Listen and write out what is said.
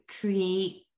create